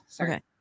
Okay